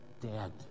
dead